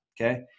Okay